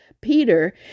Peter